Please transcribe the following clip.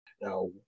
Now